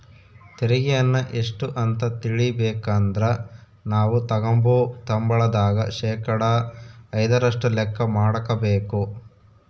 ತೆರಿಗೆಯನ್ನ ಎಷ್ಟು ಅಂತ ತಿಳಿಬೇಕಂದ್ರ ನಾವು ತಗಂಬೋ ಸಂಬಳದಾಗ ಶೇಕಡಾ ಐದರಷ್ಟು ಲೆಕ್ಕ ಮಾಡಕಬೇಕು